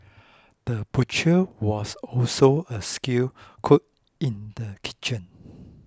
the butcher was also a skilled cook in the kitchen